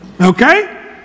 okay